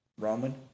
Roman